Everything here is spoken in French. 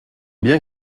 bien